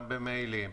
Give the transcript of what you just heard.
גם במיילים,